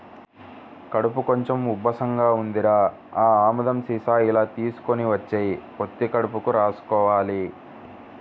కడుపు కొంచెం ఉబ్బసంగా ఉందిరా, ఆ ఆముదం సీసా ఇలా తీసుకొని వచ్చెయ్, పొత్తి కడుపుకి రాసుకోవాల